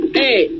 Hey